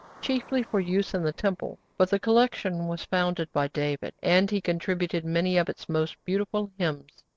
chiefly for use in the temple, but the collection was founded by david, and he contributed many of its most beautiful hymns.